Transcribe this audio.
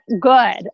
good